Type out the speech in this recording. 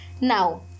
Now